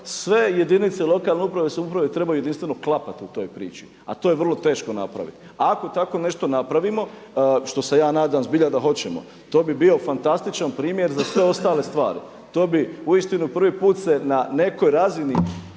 sve jedinice lokalne uprave i samouprave trebaju jedinstveno klapat u toj priči, a to je vrlo teško napraviti. Ako tako nešto napravimo što se ja nadam zbilja da hoćemo, to bi bio fantastičan primjer za sve ostale stvari, to bi uistinu prvi put se na nekoj razini